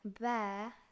Bear